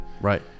Right